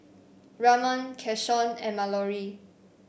Ramon Keshaun and Mallorie